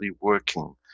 working